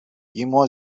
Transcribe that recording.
گیمو